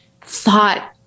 thought